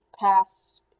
Pass